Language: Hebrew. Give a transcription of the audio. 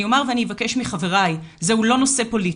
אני אומַר ואני אבקש מחבריי, זהו לא נושא פוליטי,